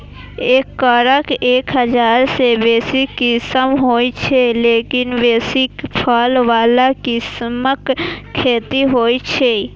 एकर एक हजार सं बेसी किस्म होइ छै, लेकिन बेसी फल बला किस्मक खेती होइ छै